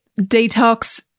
detox